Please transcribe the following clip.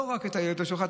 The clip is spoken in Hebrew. לא רק את הילד אתה שוכח,